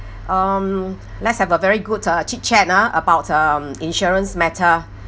um let's have a very good uh chit chat ah about um insurance matter